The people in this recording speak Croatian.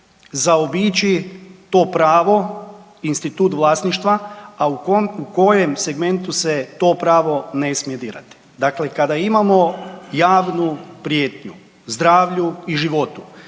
zaobići to pravo, institut vlasništva, a u kojem segmentu se to pravo ne smije dirati. Dakle, kada imamo javnu prijetnju zdravlju i životu,